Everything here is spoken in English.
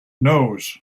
knows